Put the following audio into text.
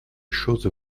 chose